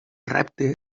repte